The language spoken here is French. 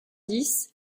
dix